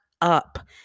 up